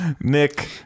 Nick